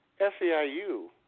SEIU